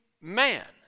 man